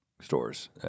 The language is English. stores